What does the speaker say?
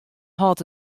hâldt